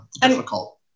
difficult